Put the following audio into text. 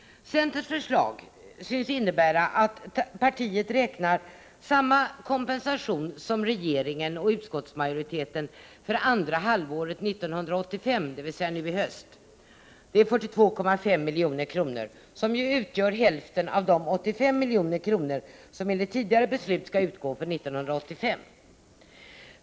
Centerns förslag synes innebära att partiet räknar med samma kompensation som regeringen och utskottsmajoriteten för andra halvåret 1985, dvs. nu i höst. Det är 42,5 milj.kr., vilket utgör hälften av de 85 milj.kr. som enligt tidigare beslut skall utgå för 1985.